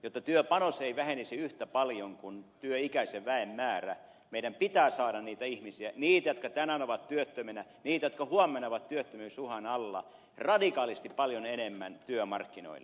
jotta työpanos ei vähenisi yhtä paljon kuin työikäisen väen määrä meidän pitää saada niitä ihmisiä niitä jotka tänään ovat työttöminä niitä jotka huomenna ovat työttömyysuhan alla radikaalisti paljon enemmän työmarkkinoille